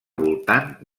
voltant